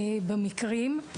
במקרים.